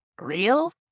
real